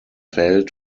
failed